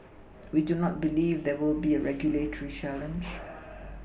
we do not believe there will be a regulatory challenge